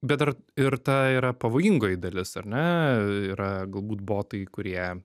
bet dar ir ta yra pavojingoji dalis ar ne yra galbūt botai kurie